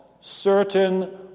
certain